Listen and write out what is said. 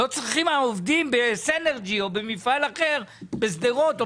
לא צריכים העובדים בסינרג’י או במפעל אחר בשדרות או